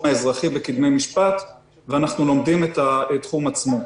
האזרחי בקדמי משפט ואנחנו לומדים את התחום עצמו.